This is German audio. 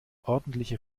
ordentliche